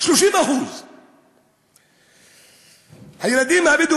30%. הילדים הבדואים,